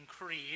Creed